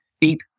eat